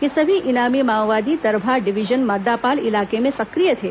ये सभी इनामी माओवादी दरभा डिवीजन मर्दापाल इलाके में सक्रिय थे